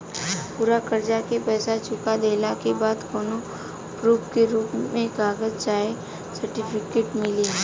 पूरा कर्जा के पईसा चुका देहला के बाद कौनो प्रूफ के रूप में कागज चाहे सर्टिफिकेट मिली?